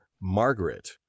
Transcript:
Margaret